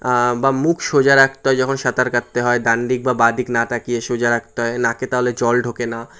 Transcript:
বা মুখ সোজা রাখতে হয় যখন সাঁতার কাটতে হয় ডান দিক বা বাঁ দিক না তাকিয়ে সোজা রাখতে হয় নাকে তাহলে জল ঢোকে না